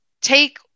take